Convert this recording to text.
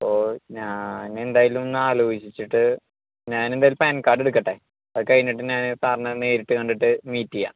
ഓ ഞനെന്തായാലുമൊന്നാലോചിച്ചിട്ട് ഞാനെന്തായാലും പാൻ കാർഡെടുക്കട്ടെ അത് കഴിഞ്ഞിട്ട് ഞാനേ സാർനെ നേരിട്ട് കണ്ടിട്ട് മീറ്റ് ചെയ്യാം